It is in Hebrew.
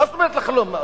מה זאת אומרת לחלום?